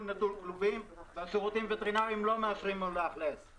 נטול כלובים והשירותים הווטרינריים לא מאשרים לו לאכלס.